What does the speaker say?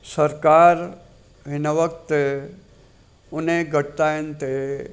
सरकारि हिन वक़्तु हुन घटिताइयुनि ते